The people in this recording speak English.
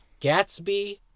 Gatsby